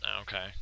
Okay